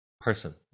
person